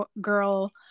girl